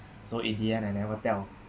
so in the end I never tell